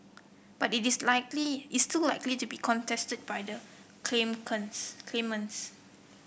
but it is likely it's still likely to be contested by the claimants